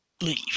leave